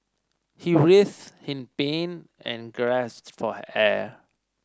he writhed in pain and gasped for air